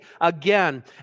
again